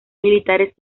militares